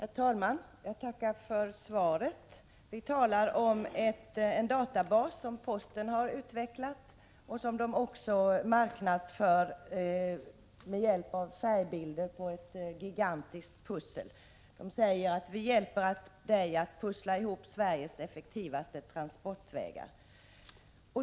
Herr talman! Jag tackar för svaret. Vi talar om en databas som posten har utvecklat och som också marknadsförs med hjälp av färgbilder på ett gigantiskt pussel, där det sägs: Vi hjälper dig att pussla ihop Sveriges effektivaste transportvägar.